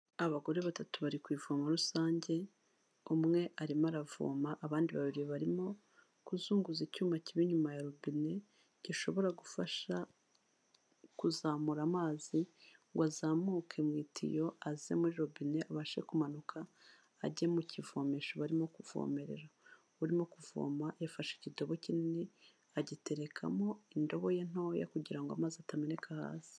Abagore batatu bari ku ivomo rusange, umwe arimo aravoma abandi babiri barimo kuzunguza icyuma kiba inyuma ya robine, gishobora gufasha kuzamura amazi ngo azamuke mu itiyo aze muri robine abashe kumanuka, ajye mu kivomesho barimo kuvomerera, urimo kuvoma yafashe ikidobo kinini agiterekamo indobo ye ntoya kugira ngo amazi atameneka hasi.